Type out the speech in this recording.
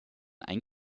ein